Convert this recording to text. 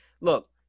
look